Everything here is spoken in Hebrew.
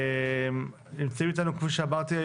נמצאים איתנו כמו שאמרתי,